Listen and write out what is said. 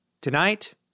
Tonight